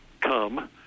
come